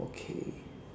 okay